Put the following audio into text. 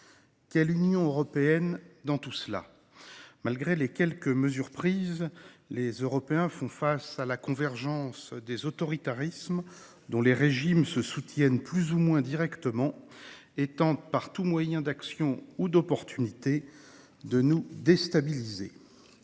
de l’Union européenne ? Malgré les quelques mesures prises, les Européens font face à la convergence des autoritarismes, de régimes qui se soutiennent plus ou moins directement et tentent par tous moyens d’action ou d’opportunité de nous déstabiliser.